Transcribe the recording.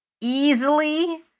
easily